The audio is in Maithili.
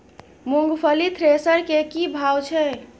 मूंगफली थ्रेसर के की भाव छै?